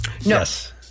Yes